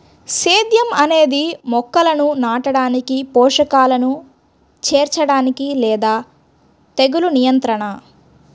సేద్యం అనేది మొక్కలను నాటడానికి, పోషకాలను చేర్చడానికి లేదా తెగులు నియంత్రణ